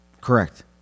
Correct